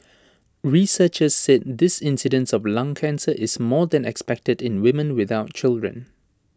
researchers said this incidence of lung cancer is more than expected in women without children